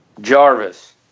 Jarvis